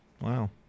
Wow